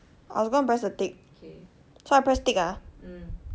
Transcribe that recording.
I was going to press the tick so I press tick ah